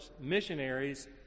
missionaries